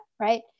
right